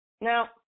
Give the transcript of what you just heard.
now